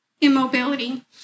immobility